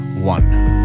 One